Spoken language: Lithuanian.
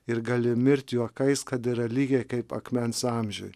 ir gali mirt juokais kad yra lygiai kaip akmens amžiuj